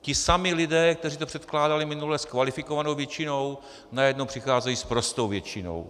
Ti samí lidé, kteří to předkládali minule s kvalifikovanou většinou, najednou přicházejí s prostou většinou.